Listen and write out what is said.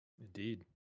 Indeed